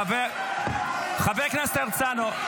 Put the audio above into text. --- חבר הכנסת הרצנו,